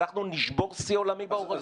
ואנחנו נשבור שיא עולמי בהורדות.